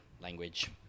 language